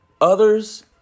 others